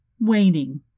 waning